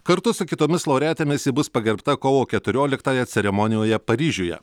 kartu su kitomis laureatėmis ji bus pagerbta kovo keturioliktąją ceremonijoje paryžiuje